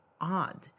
odd